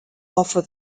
offer